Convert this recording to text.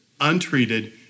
untreated